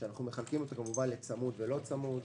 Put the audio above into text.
שאנחנו מחלקים אותו כמובן לצמוד ולא צמוד.